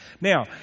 Now